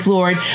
Lord